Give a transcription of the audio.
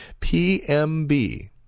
PMB